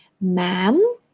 ma'am